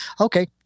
Okay